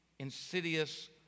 Insidious